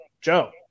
Joe